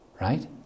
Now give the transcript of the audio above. Right